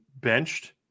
benched